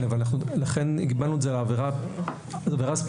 כן, לכן הגבלנו את זה לעבירה ספציפית.